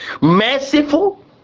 merciful